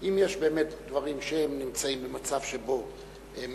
אם יש באמת דברים שנמצאים במצב שבו הם